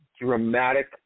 dramatic